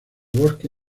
bosque